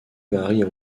varie